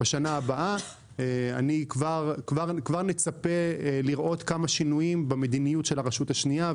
בשנה הבאה כבר נצפה לראות שינויים במדיניות של הרשות השנייה,